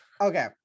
Okay